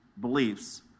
beliefs